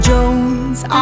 Jones